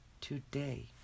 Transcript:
today